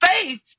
faith